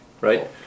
right